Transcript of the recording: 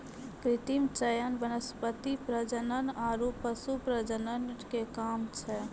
कृत्रिम चयन वनस्पति प्रजनन आरु पशु प्रजनन के काम छै